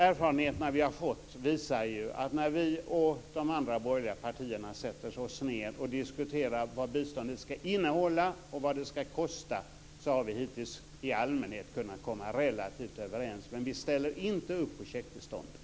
Erfarenheterna som vi har gjort visar att när vi och de andra borgerliga partierna sätter oss ned och diskuterar vad biståndet ska innehålla och vad det ska kosta så har vi hittills i allmänhet kunnat komma relativt överens. Men vi ställer inte upp på checkbiståndet.